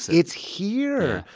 it's here,